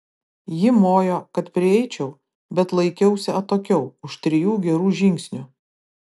ji mojo kad prieičiau bet laikiausi atokiau už trijų gerų žingsnių